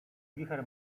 wicher